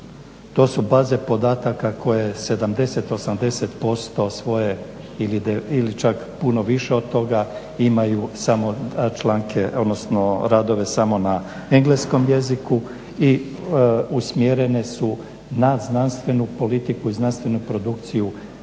to su baze podataka koje 70-80% svoje ili čak puno više od toga imaju samo članke, odnosno radove samo na engleskom jeziku i usmjerene su na znanstvenu politiku i znanstvenu produkciju prvenstveno